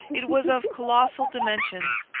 it was of colossal dimensions,